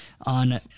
on